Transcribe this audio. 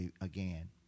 again